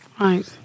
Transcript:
Right